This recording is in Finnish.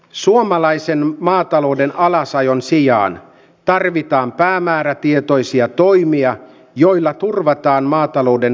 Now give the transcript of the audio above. suomalaisen maatalouden alasajon sijaan tarvitaan päämäärätietoisia toimia joilla turvataan puhemies